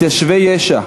מתיישבי יש"ע